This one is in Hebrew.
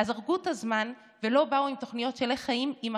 אז הרגו את הזמן ולא באו עם תוכניות של איך חיים עם הקורונה.